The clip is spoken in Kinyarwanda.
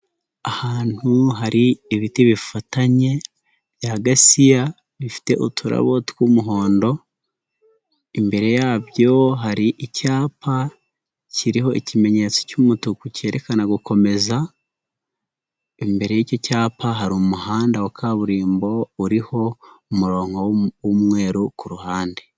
Ahantu hari ibiti bifatanye bya Gasiya, bifite uturabo tw'umuhondo, imbere yabyo hari icyapa, kiriho ikimenyetso cy'umutuku cyerekana gukomeza, imbere y'icyo cyapa hari umuhanda wa kaburimbo, uriho umurongo w'umweru ku ruhande.